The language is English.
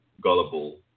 gullible